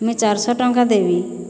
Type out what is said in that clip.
ମୁଇଁ ଚାରିଶହ ଟଙ୍କା ଦେବି